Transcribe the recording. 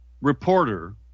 reporter